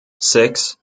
six